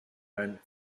man